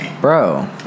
Bro